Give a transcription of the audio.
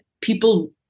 people